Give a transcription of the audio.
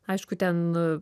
aišku ten